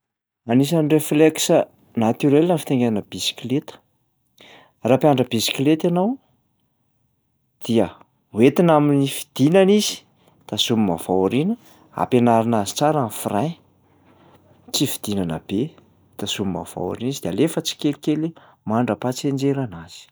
Anisan'ny réflexe naturel ny fitaingenana bisikileta. Raha hampianatra bisikileta ianao dia hoentina amin'ny fidinana izy, tazomina avy ao aoriana, ampianarina azy tsara ny frein. Tsy fidinana be, tazomina avy ao aoriana izy de alefa tsikelikely mandrapa-tsy hianjera anazy.